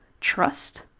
trust